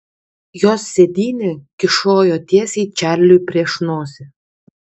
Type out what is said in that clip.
jos sėdynė kyšojo tiesiai čarliui prieš nosį